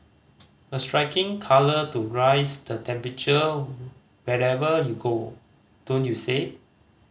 a striking colour to rise the temperature wherever you go don't you say